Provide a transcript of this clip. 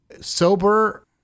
sober